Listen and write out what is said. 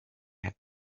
had